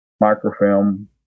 microfilm